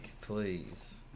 Please